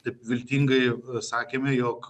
taip viltingai sakėme jog